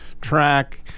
track